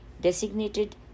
designated